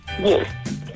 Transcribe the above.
Yes